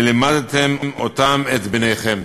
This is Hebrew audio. ולימדתם אותם, את בניכם.